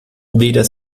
weder